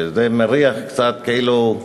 זה מריח קצת כאילו,